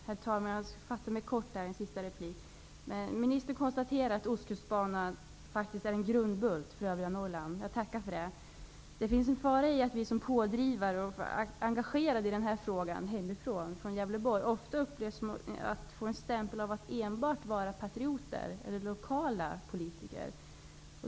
Herr talman! Jag skall fatta mig kort. Ministern sade att Ostkustbanan är en grundbult för övre Norrland. Det tackar jag för. Det finns en fara att vi från Gävleborg, som är engagerade och pådrivande i den här frågan, ofta stämplas som enbart patriotiska eller som lokala politiker.